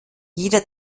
jeder